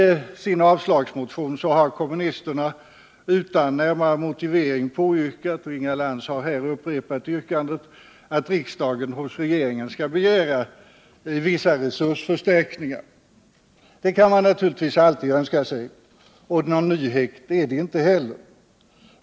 I sin avslagsmotion har kommunisterna utan närmare motivering påyrkat att riksdagen hos regeringen skall begära vissa resursförstärkningar — och detta har Inga Lantz här upprepat. Det kan man naturligtvis alltid önska sig. Någon nyhet är det inte heller.